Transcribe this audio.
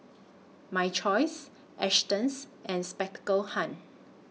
My Choice Astons and Spectacle Hut